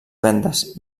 vendes